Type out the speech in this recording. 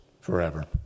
forever